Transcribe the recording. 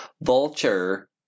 Vulture